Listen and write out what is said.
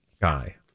guy